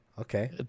okay